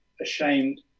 ashamed